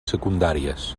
secundàries